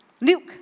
Luke